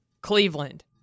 Cleveland